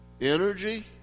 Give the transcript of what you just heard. energy